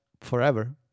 forever